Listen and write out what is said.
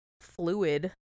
fluid